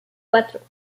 cuatro